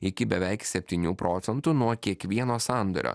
iki beveik septynių procentų nuo kiekvieno sandorio